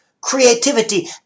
creativity